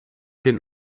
den